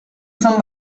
són